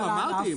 אמרתי.